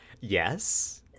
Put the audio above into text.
Yes